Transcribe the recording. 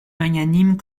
magnanime